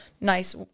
nice